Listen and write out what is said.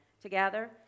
Together